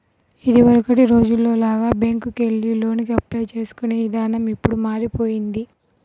ఇదివరకటి రోజుల్లో లాగా బ్యేంకుకెళ్లి లోనుకి అప్లై చేసుకునే ఇదానం ఇప్పుడు మారిపొయ్యింది